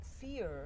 fear